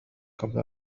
قبل